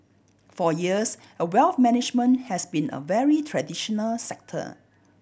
for years a wealth management has been a very traditional sector